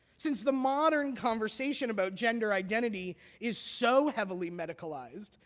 since the modern conversation about gender identity is so heavily medicalized,